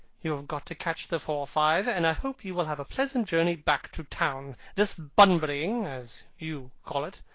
you have got to catch the four-five, and hope you will have a pleasant journey back to town. this bunburying, as you call it,